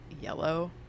yellow